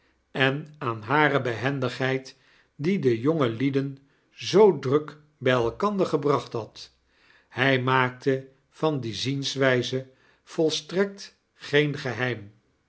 en aan hare behendigheid die de jongelieden zoo druk bij elkander gebracht had hij maakte van die zienswijze volstrekt geen geheim